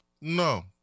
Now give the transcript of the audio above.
no